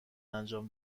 انجام